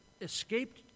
escaped